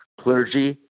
clergy